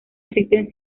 existen